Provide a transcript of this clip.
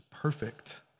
Perfect